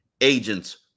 Agents